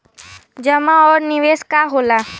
जमा और निवेश का होला?